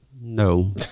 no